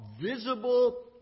visible